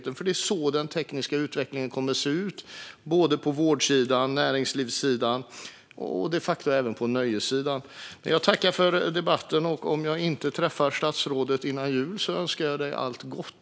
Det är på detta sätt den tekniska utvecklingen kommer att se ut, både på vårdsidan och näringslivssidan och de facto även på nöjessidan. Jag tackar för debatten. Om jag inte träffar statsrådet före jul önskar jag honom allt gott.